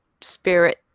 spirit